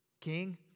king